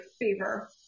fever